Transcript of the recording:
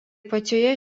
pačioje